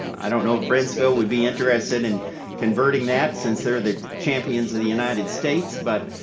i don't know if brentsville would be interested in converting that, since they're the champions of the united states, but,